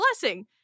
blessing